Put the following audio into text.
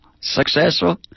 successful